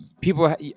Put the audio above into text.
people